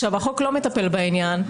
החוק לא מטפל בעניין.